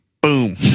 Boom